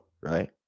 right